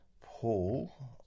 Paul